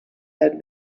had